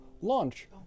Launch